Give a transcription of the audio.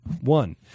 one